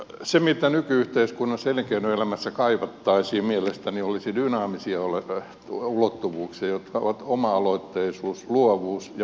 se mitä mielestäni nyky yhteiskunnassa elinkeinoelämässä kaivattaisiin olisi dynaamisia ulottuvuuksia jotka ovat oma aloitteisuus luovuus ja päämäärähakuisuus